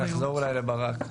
נחזור אולי לברק?